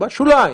בשוליים,